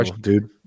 dude